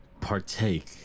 partake